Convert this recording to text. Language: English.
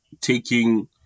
taking